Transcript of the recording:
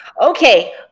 Okay